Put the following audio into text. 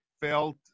felt